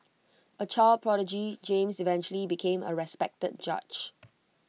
A child prodigy James eventually became A respected judge